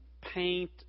paint